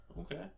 Okay